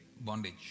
Bondage